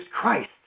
Christ